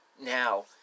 Now